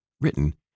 Written